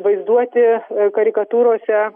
vaizduoti karikatūrose